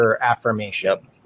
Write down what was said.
affirmation